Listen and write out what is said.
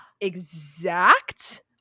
exact